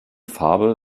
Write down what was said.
farbe